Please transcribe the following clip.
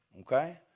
Okay